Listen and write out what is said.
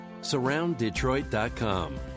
Surrounddetroit.com